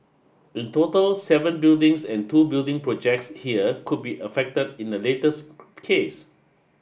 in total seven buildings and two building projects here could be affected in the latest case